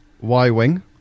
Y-Wing